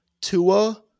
Tua